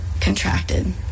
contracted